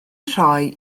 rhoi